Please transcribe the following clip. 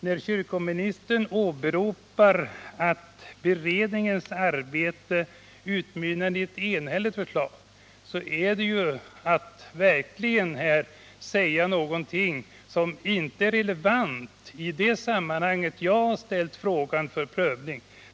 När kyrkoministern åberopar att beredningens arbete utmynnade i ett enhälligt förslag, så är det verkligen att säga någonting som inte är relevant i det sammanhang där jag ställt frågan för prövning.